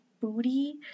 booty